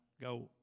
go